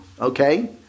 okay